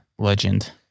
Legend